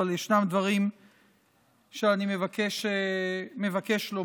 אבל יש דברים שאני מבקש לומר.